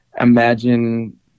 imagine